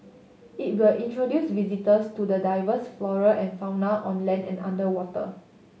it will introduce visitors to the diverse flora and fauna on land and underwater